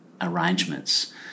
arrangements